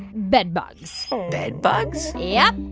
bedbugs bedbugs? yup.